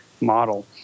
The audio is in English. model